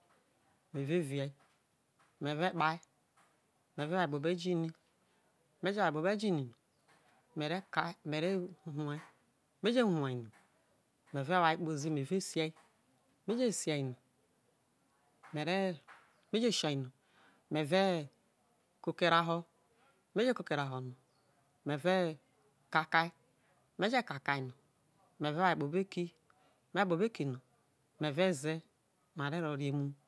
Me re vi egu me ve kpa me ve wo kpobo igini me je wo kpobo igini me ve wu ha me je wu ha no me ve wa kpozi me ve sai me je sai no me je sai no me ve koko erae ho me je erae fiho no me ve kaka me je kaka no me ve wa kpobo eki me ve ze me re ro re emu